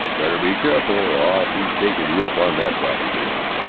better be careful, or i'll be taking you up on that proposition.